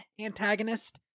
antagonist